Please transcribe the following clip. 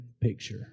picture